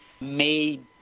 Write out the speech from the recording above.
made